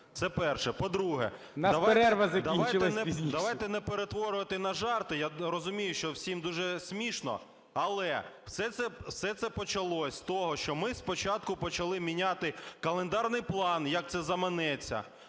ЛУБІНЕЦЬ Д.В. Давайте не перетворювати на жарти. Я розумію, що всім дуже смішно, але все це почалося з того, що ми спочатку почали міняти календарний план, як це заманеться.